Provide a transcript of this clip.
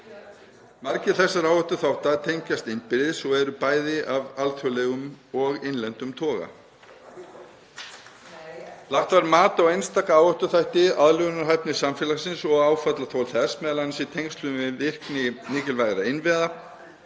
Margir þessara áhættuþátta tengjast innbyrðis og eru bæði af alþjóðlegum og innlendum toga. Lagt var mat á einstaka áhættuþætti, aðlögunarhæfni samfélagsins og áfallaþol þess, m.a. í tengslum við virkni mikilvægra innviða.